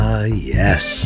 yes